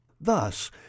Thus